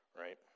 right